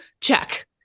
check